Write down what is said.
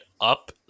up